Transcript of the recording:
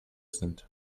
sind